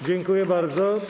Dziękuję bardzo.